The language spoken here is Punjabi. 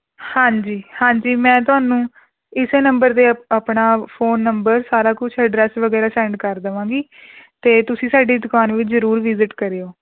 ਹਾਂਜੀ ਹਾਂਜੀ ਮੈਂ ਤੁਹਾਨੂੰ ਇਸ ਨੰਬਰ 'ਤੇ ਆਪ ਆਪਣਾ ਫੋਨ ਨੰਬਰ ਸਾਰਾ ਕੁਝ ਐਡਰੈੱਸ ਵਗੈਰਾ ਸੈਂਡ ਕਰ ਦੇਵਾਂਗੀ ਅਤੇ ਤੁਸੀਂ ਸਾਡੀ ਦੁਕਾਨ ਵਿੱਚ ਜ਼ਰੂਰ ਵੀਜ਼ਟ ਕਰੋ